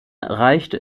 reichte